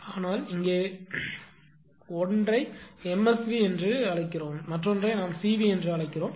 ஆனால் இங்கே ஒன்றை எம்எஸ்வி என்று அழைக்கிறீர்கள் மற்றொன்றை நாம் சிவி என்று அழைக்கிறோம்